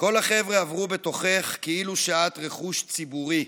"כל החבר'ה עברו בתוכך, כאילו שאת רכוש ציבורי,